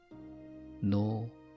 No